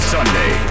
Sunday